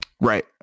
Right